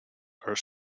are